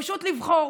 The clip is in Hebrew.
פשוט לבחור,